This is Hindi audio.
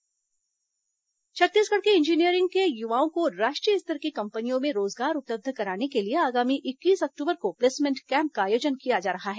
प्लेसमेंट कैंप छत्तीसगढ़ के इंजीनियरिंग के युवाओं को राष्ट्रीय स्तर की कम्पनियों में रोजगार उपलब्ध कराने के लिए आगामी इक्कीस अक्टूबर को प्लेसमेंट केँप का आयोजन किया जा रहा है